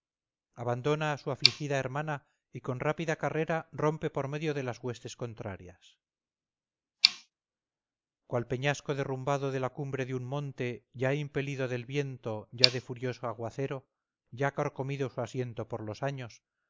abandona a su afligida hermana y con rápida carrera rompe por medio de las huestes contrarias cual peñasco derrumbado de la cumbre de un monte ya impelido del viento ya de furioso aguacero ya carcomido su asiento por los años